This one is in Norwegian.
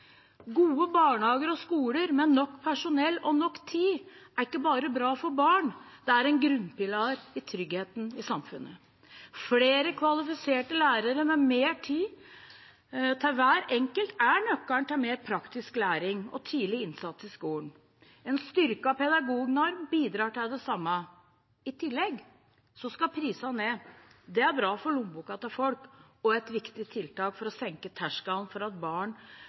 Gode barnehager og skoler med nok personell og nok tid er ikke bare bra for barn, det er en grunnpilar for tryggheten i samfunnet. Flere kvalifiserte lærere med mer tid til hver enkelt er nøkkelen til mer praktisk læring og tidlig innsats i skolen. En styrket pedagognorm bidrar til det samme. I tillegg skal prisene ned. Det er bra for lommeboka til folk og et viktig tiltak for å senke terskelen for at barn